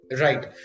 Right